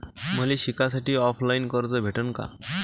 मले शिकासाठी ऑफलाईन कर्ज भेटन का?